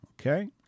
Okay